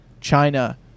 China